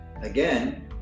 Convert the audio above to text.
again